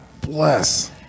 bless